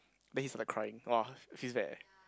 then he started crying wa feels bad leh